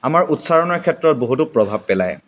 আমাৰ উচ্চৰণৰ ক্ষেত্ৰত বহুতো প্ৰভাৱ পেলায়